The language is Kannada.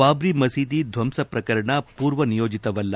ಬಾಬ್ರಿ ಮಸೀದಿ ಧ್ಲಂಸ ಪ್ರಕರಣ ಪೂರ್ವ ನಿಯೋಜಿತವಲ್ಲ